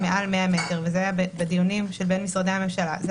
מעל 100 מטרים וזה היה בדיונים בין משרדי הממשלה זה